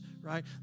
right